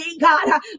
God